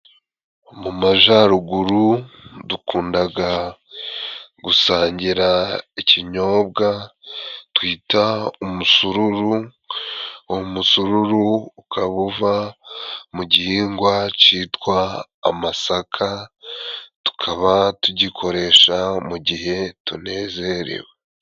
Mu amajyaruguru dukundaga gusangira ikinyobwa twita umusururu, umusururu ukaba uva mu gihingwa citwa amasaka, tukaba tugikoresha mu gihe tunezerewe.